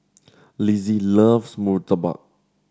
Lizzie loves murtabak